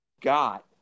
got